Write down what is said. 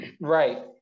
right